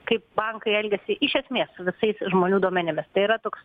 kaip bankai elgiasi iš esmės su visais žmonių duomenimis tai yra toks